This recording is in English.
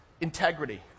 integrity